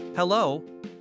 Hello